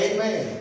Amen